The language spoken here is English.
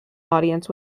audience